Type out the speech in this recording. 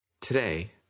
Today